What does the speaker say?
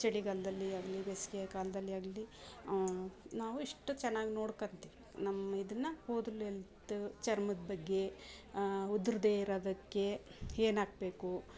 ಚಳಿಗಾಲದಲ್ಲಿ ಆಗಲಿ ಬೇಸಿಗೆ ಕಾಲದಲ್ಲಿ ಆಗಲಿ ನಾವು ಇಷ್ಟು ಚೆನ್ನಾಗಿ ನೋಡ್ಕೊಂತಿವಿ ನಮ್ಮ ಇದನ್ನು ಕೂದಲಿಂದ ಚರ್ಮದ ಬಗ್ಗೆ ಉದುರದೇ ಇರೋದಕ್ಕೆ ಏನ್ ಹಾಕ್ಬೇಕು